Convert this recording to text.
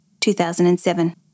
2007